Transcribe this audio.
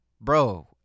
Bro